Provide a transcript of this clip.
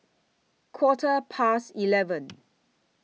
Quarter Past eleven